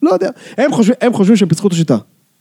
לא יודע, הם חושבים, הם חושבים שהם פסחו את השיטה.